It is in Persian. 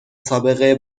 سابقه